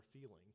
feeling